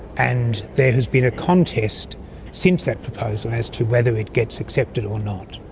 and there has been a contest since that proposal as to whether it gets accepted or not.